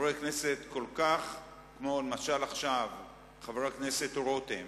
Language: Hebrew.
חברי כנסת כל כך, כמו למשל עכשיו, חבר הכנסת רותם,